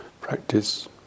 practice